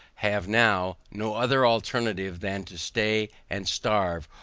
have now, no other alternative than to stay and starve,